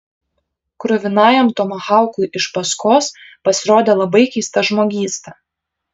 kruvinajam tomahaukui iš paskos pasirodė labai keista žmogysta